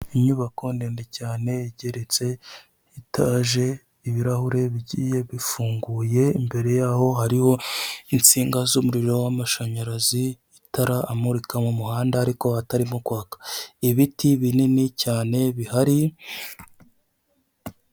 Inyubako ndende cyanegeretse itaje ibirahure bigiye bifunguye imbere yaho hariho insinga z'umuriro w'amashanyarazi itara amurika mu muhanda ariko hatarimoka ibiti binini cyane bihari.